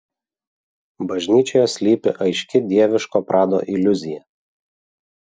bažnyčioje slypi aiški dieviško prado iliuzija